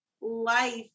life